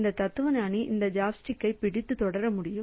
இந்த தத்துவஞானி இந்த சாப்ஸ்டிக்கைப் பிடித்து தொடர முடியும்